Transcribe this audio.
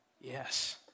yes